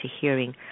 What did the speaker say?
hearing